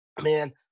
Man